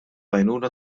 għajnuna